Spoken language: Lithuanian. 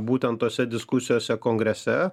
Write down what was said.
būtent tose diskusijose kongrese